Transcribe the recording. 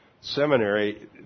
seminary